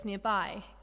nearby